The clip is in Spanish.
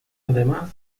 además